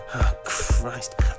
Christ